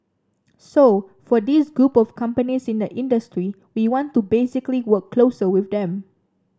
so for these group of companies in the industry we want to basically work closer with them